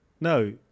no